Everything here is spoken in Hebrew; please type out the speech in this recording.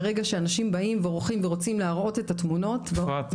ברגע שאנשים באים ורוצים להראות את התמונות ואומרים להם לא --- אפרת,